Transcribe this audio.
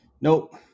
nope